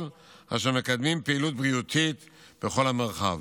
אשר מקדמים פעילות בריאותית בכל המרחב.